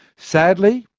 sadly,